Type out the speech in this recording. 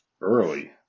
early